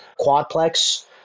quadplex